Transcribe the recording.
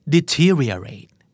Deteriorate